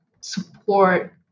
support